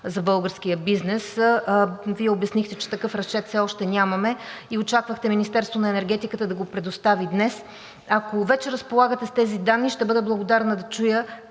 за българския бизнес, а Вие обяснихте, че такъв разчет все още няма и очаквате Министерството на енергетиката да го предостави днес. Ако вече разполагате с тези данни, ще бъда благодарна да чуя: